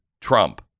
Trump